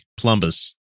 plumbus